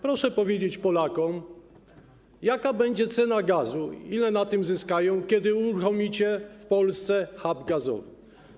Proszę powiedzieć Polakom, jaka będzie cena gazu i ile na tym zyskają, kiedy uruchomicie w Polsce hub gazowy.